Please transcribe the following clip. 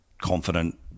confident